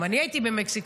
גם אני הייתי במקסיקו,